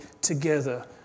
together